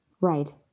Right